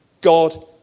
God